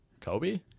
Kobe